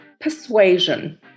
persuasion